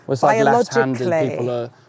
biologically